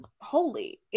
holy